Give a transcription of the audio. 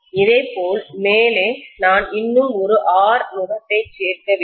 இதேபோல் மேலே நான் இன்னும் ஒரு R நுகத்தை சேர்க்க வேண்டும்